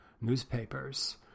newspapers